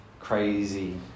crazy